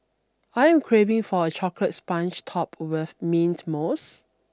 I am craving for a chocolate sponge topped with mint mousse